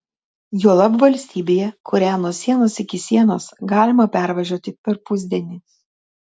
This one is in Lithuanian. juolab valstybėje kurią nuo sienos iki sienos galima pervažiuoti per pusdienį